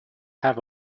have